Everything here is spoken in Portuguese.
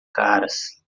caras